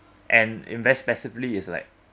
and invest passively is like